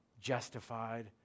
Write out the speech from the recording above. justified